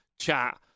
chat